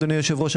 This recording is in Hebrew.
אדוני היושב-ראש,